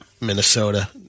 Minnesota